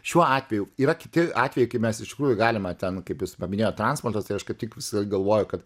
šiuo atveju yra kiti atvejai kai mes iš tikrųjų galime ten kaip jūs paminėjot transportas tai aš kaip tik visada galvoju kad